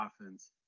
offense